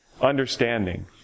understanding